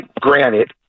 Granted